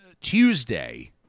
Tuesday